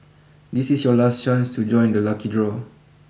this is your last chance to join the lucky draw